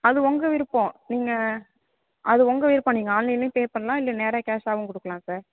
அது உங்கள் விருப்பம் நீங்கள் அது உங்கள் விருப்பம் நீங்கள் ஆன்லைன்லயும் பே பண்ணலாம் இல்லை நேராக கேஷாகவும் கொடுக்கலாம் சார்